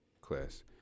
class